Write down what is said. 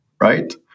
right